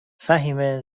فهیمه